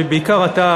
בעיקר אתה,